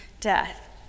death